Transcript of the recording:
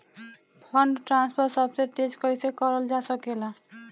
Fund transfer सबसे तेज कइसे करल जा सकेला?